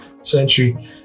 century